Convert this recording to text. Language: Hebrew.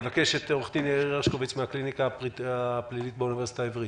עו"ד יאיר הרשקוביץ מהקליניקה הפלילית באוניברסיטה העברית,